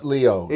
Leo